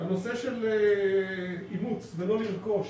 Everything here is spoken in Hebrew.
הנושא של אימוץ ולא לרכוש,